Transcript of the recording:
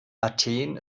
athen